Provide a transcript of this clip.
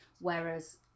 Whereas